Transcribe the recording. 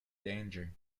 danger